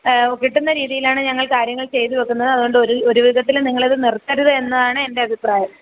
കിട്ടുന്ന രീതിയിലാണ് ഞങ്ങൾ കാര്യങ്ങൾ ചെയ്തു വെക്കുന്നത് അതു കൊണ്ട് ഒരു ഒരു വിധത്തിലും നിങ്ങളിത് നിർത്തരുത് എന്നതാണ് എൻ്റെ അഭിപ്രായം